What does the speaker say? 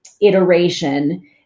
iteration